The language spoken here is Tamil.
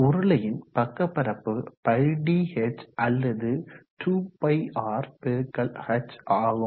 உருளையின் பக்கபரப்பு πdh அல்லது 2πrxh ஆகும்